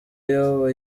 yabo